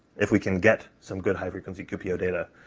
if we can get some good high frequency qpo data,